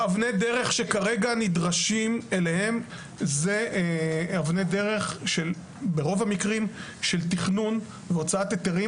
אבני הדרך שכרגע נדרשים אליהן הן ברוב המקרים של תכנון והוצאת היתרים,